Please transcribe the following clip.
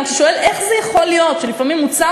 גם כשאתה שואל איך זה יכול להיות שלפעמים מוצר